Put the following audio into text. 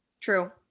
true